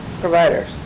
providers